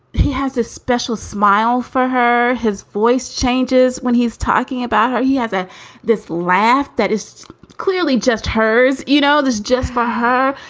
he has a special smile for her. his voice changes when he's talking about her. he has ah this laugh that is clearly just hers. you know this just for her.